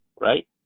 right